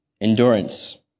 endurance